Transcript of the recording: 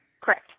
Correct